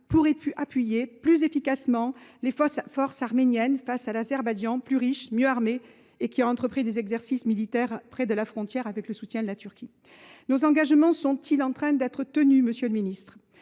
pour appuyer plus efficacement les forces arméniennes face à l’Azerbaïdjan, plus riche, mieux armé et qui a entrepris des exercices militaires près de la frontière avec le soutien de la Turquie. Nos engagements sont ils en train d’être tenus ? La France s’est